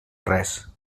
res